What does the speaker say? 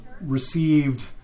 received